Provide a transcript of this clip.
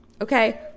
Okay